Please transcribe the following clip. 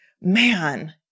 man